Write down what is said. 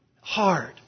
hard